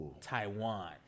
Taiwan